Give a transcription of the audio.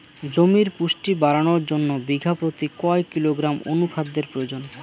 জমির পুষ্টি বাড়ানোর জন্য বিঘা প্রতি কয় কিলোগ্রাম অণু খাদ্যের প্রয়োজন?